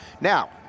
Now